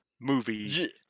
movie